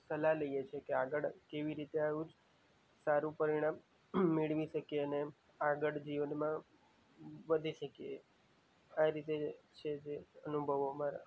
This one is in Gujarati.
સલાહ લઈએ છે કે આગળ કેવી રીતે આવું જ સારું પરિણામ મેળવી શકીએ અને આગળ જીવનમાં વધી શકીએ આ રીતે છે જે અનુભવો અમારા